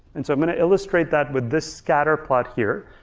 and so i'm gonna illustrate that with this scatter plot here.